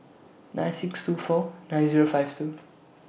nine six two four nine Zero five two